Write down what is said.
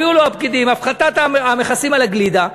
הביאו לו הפקידים את הפחתת המכסים על הגלידה,